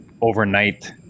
overnight